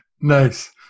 nice